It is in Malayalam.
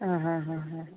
ആ ഹാ ഹാ ഹാ ഹാ